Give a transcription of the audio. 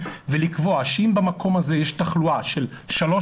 ולקבוע שאם במקום הזה יש תחלואה של 3%,